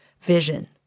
Vision